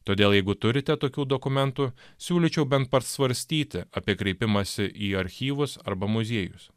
todėl jeigu turite tokių dokumentų siūlyčiau bent pasvarstyti apie kreipimąsi į archyvus arba muziejus